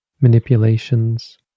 manipulations